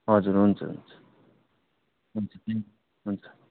हजुर हुन्छ हुन्छ हुन्छ थ्याङ्कयू हुन्छ